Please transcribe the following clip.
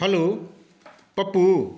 hello Pappu